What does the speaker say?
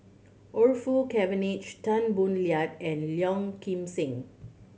Orfeur Cavenagh Tan Boo Liat and Kim Seng